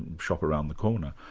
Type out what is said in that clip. shop around the corner.